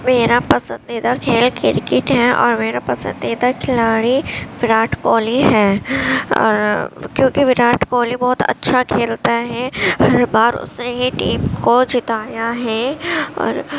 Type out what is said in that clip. میرا پسندیدہ کھیل کرکٹ ہے اور میرا پسندیدہ کھلاڑی وراٹ کوہلی ہے اور کیونکہ وراٹ کوہلی بہت اچھا کھیلتا ہے ہر بار اسے ہی ٹیم کو جتایا ہے اور